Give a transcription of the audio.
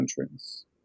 countries